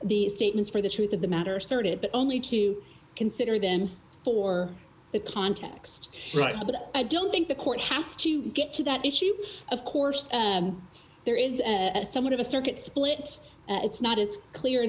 the statements for the truth of the matter asserted but only to consider them for the context right now but i don't think the court has to get to that issue of course there is a somewhat of a circuit split it's not as clear